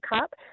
cup